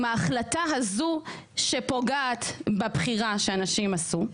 ההחלטה הזו שפוגעת בבחירה שאנשים עשו.